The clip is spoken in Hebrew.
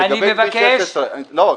לגבי כביש 16 --- אני מבקש --- לא,